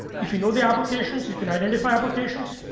if you know the applications, you can identify applications,